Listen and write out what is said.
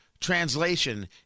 translation